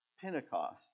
Pentecost